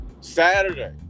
Saturday